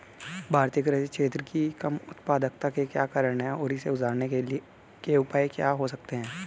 भारतीय कृषि क्षेत्र की कम उत्पादकता के क्या कारण हैं और इसे सुधारने के उपाय क्या हो सकते हैं?